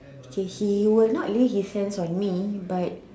he will not leave his hands on me but